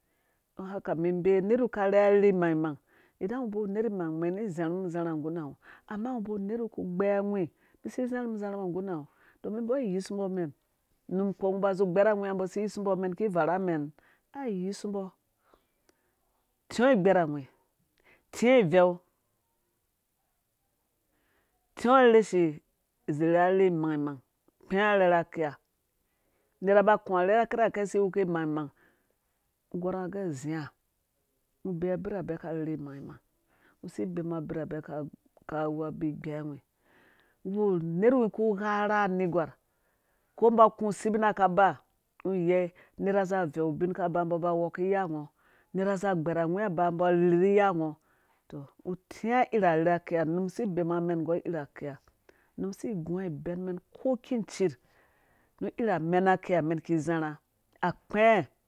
Don haka mi bee nerhwi ka rherha rherha rherha imangmang idan ngɔ ba wu nerh imangmang mi zarhum zarha ngurha ngɔ ngɔ ba wu nerh ku gbei awi mi si zerhum zarha ngurha ngɔ domin mbɔ yise mbɔ mennum kpu ngɔ ba zi gberawi nga mbɔ si yisu mbɔ mɛn ki varha mɛn a yisu mbɔ tingɔ igbɛrhawi tingɔ iveu tingɔ rheshe izarha rherhe imangmang tingɔ arherha kiha unerha ba ku rheda kirhakesi we ke imangmang ngɔ gɔrh nga agɛ azia ngɔ bee birhabɛ ka rherhi mangmang ngɔ si bemu ngɔ birhabɛ ka wu abi igbewi ngɔ bawu nerwi ka gharha nerha za veu ubin ka ba mbɔ ba mbɔ yirh ni iya nbɔ tɔ tingɔ irhi arherha kiha num si bema nga mɛn ngu urha kiha num si gunga ibɛn mɛn ko ku jirh nu iha mena kiha mɛn ki zarha a kpee